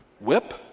Whip